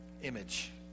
image